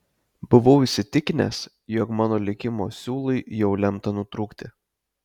buvau įsitikinęs jog mano likimo siūlui jau lemta nutrūkti